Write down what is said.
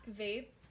vape